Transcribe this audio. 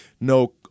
no